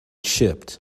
chipped